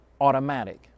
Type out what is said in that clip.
automatic